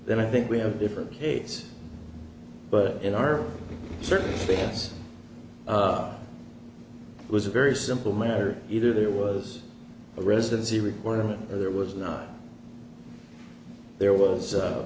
then i think we have different pace but in our certain things it was a very simple matter either there was a residency requirement or there was not there was